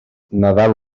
nadal